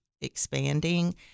expanding